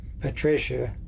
Patricia